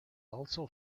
also